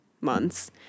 months